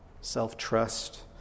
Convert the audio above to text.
self-trust